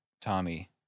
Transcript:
Tommy